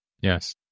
Yes